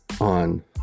on